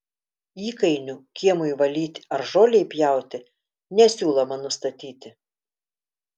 įkainių kiemui valyti ar žolei pjauti nesiūloma nustatyti